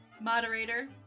moderator